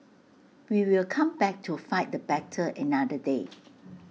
we will come back to fight the battle another day